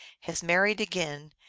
has married again,